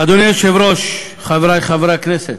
אדוני היושב-ראש, חברי חברי הכנסת,